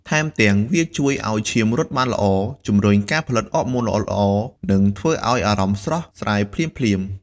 ថែមទាំង វាជួយឲ្យឈាមរត់បានល្អ ជំរុញការផលិតអរម៉ូនល្អៗ និងធ្វើឲ្យអារម្មណ៍ស្រស់ស្រាយភ្លាមៗ។